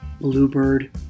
Bluebird